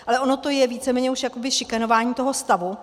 Ale ono to je víceméně už jakoby šikanování toho stavu.